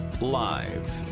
Live